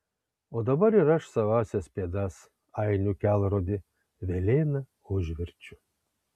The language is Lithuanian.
o dabar ir aš savąsias pėdas ainių kelrodį velėna užverčiu